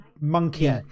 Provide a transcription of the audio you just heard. monkey